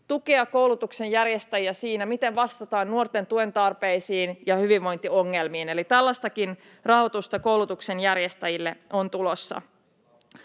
tukea koulutuksen järjestäjiä siinä, miten vastataan nuorten tuentarpeisiin ja hyvinvointiongelmiin. Eli tällaistakin rahoitusta koulutuksen järjestäjille on tulossa.